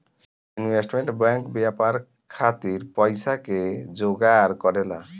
investment bank व्यापार खातिर पइसा के जोगार करेला